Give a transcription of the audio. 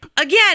Again